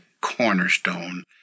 cornerstone